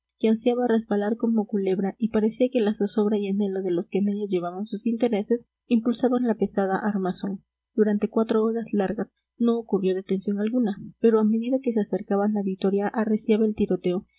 azorada que ansiaba resbalar como culebra y parecía que la zozobra y anhelo de los que en ella llevaban sus intereses impulsaban la pesada armazón durante cuatro horas largas no ocurrió detención alguna pero a medida que se acercaban a vitoria arreciaba el tiroteo